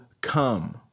come